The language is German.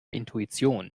intuition